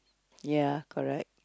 ya correct